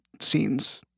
scenes